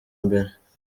mbere